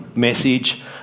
message